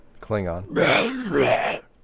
Klingon